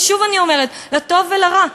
ושוב אני אומרת: לטוב ולרע,